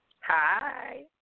Hi